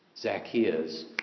Zacchaeus